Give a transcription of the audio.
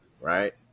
right